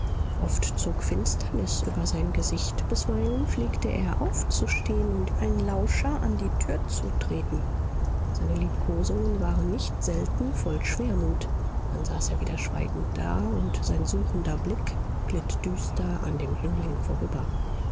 oft zog finsternis über sein gesicht bisweilen pflegte er aufzustehen und wie ein lauscher an die tür zu treten seine liebkosungen waren nicht selten voll schwermut dann saß er wieder schweigend da und sein suchender blick glitt düster an dem jüngling vorüber